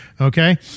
okay